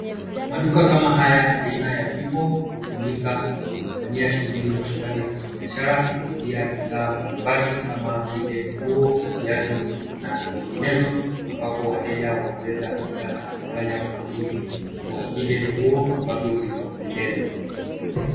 Maduka kama haya aina ya Vivo hutumika kufanyia shughuli mbalimbali za kibiashara za kuuzia bidhaa mbalimbali kama vile nguo, viatu na zinginezo ambapo wateja wanawea fika na kufanya ukaguzi wa vile nguo amabvyo vimewapendeza.